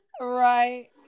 Right